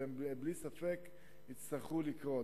והם בלי ספק יצטרכו לקרות.